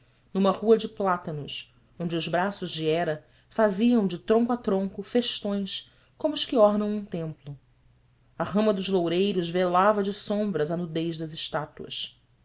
numa rua de plátanos onde os braços de hera faziam de tronco a tronco festões como os que ornam um templo a rama dos loureiros velava de sombras a nudez das estátuas